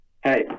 Hey